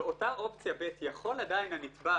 באופציה ב' יכול הנתבע,